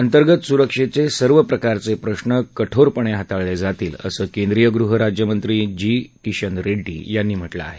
अंतर्गत सुरक्षेचे सर्व प्रकारचे प्रश्न कठोरपणे हाताळले जातील असं केंद्रीय गृह राज्यमंत्री जी किशन रेड्डी यांनी म्हटलं आहे